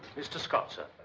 mr. scott, sir.